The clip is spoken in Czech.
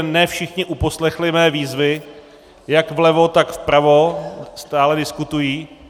Ne všichni uposlechli mé výzvy, jak vlevo, tak vpravo, stále diskutují.